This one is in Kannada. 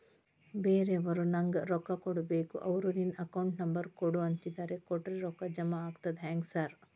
ಬ್ಯಾರೆವರು ನಂಗ್ ರೊಕ್ಕಾ ಕೊಡ್ಬೇಕು ಅವ್ರು ನಿನ್ ಅಕೌಂಟ್ ನಂಬರ್ ಕೊಡು ಅಂತಿದ್ದಾರ ಕೊಟ್ರೆ ರೊಕ್ಕ ಜಮಾ ಆಗ್ತದಾ ಹೆಂಗ್ ಸಾರ್?